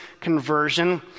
conversion